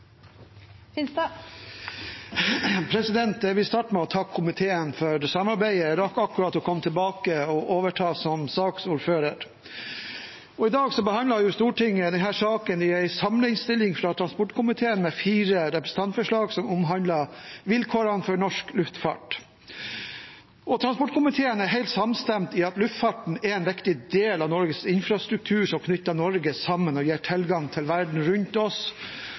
saksordfører. I dag behandler Stortinget denne saken i en samleinnstilling fra transportkomiteen med fire representantforslag som omhandler vilkårene for norsk luftfart. Transportkomiteen er helt samstemt i at luftfarten er en viktig del av Norges infrastruktur som knytter Norge sammen og gir tilgang til verden rundt oss,